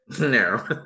No